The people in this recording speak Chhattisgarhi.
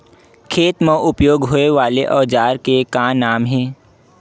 खेत मा उपयोग होए वाले औजार के का नाम हे?